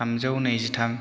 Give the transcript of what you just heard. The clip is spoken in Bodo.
थामजौ नैजिथाम